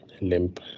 limp